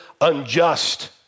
unjust